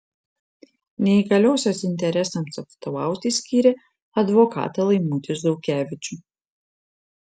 neįgaliosios interesams atstovauti skyrė advokatą laimutį zaukevičių